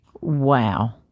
Wow